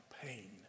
pain